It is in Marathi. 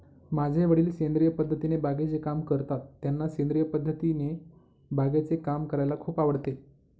माझे वडील सेंद्रिय पद्धतीने बागेचे काम करतात, त्यांना सेंद्रिय पद्धतीने बागेचे काम करायला खूप आवडते